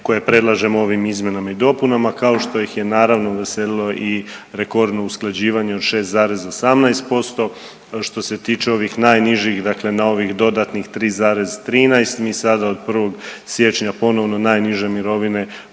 koje predlažemo ovim izmjenama i dopunama, kao što ih je naravno uveselilo i rekordno usklađivanje od 6,18%. Što se tiče ovih najnižih, dakle na ovih dodatnih 3,13 mi sada od 1. siječnja ponovno najniže mirovine